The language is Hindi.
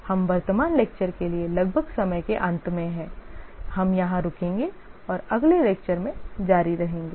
हम वर्तमान व्याख्यान के लिए लगभग समय के अंत में हैं हम यहां रुकेंगे और अगले व्याख्यान में जारी रहेंगे